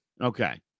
Okay